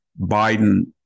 Biden